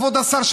כבוד השר,